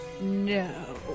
No